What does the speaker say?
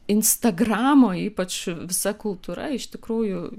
instagramo ypač visa kultūra iš tikrųjų